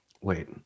Wait